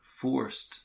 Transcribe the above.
forced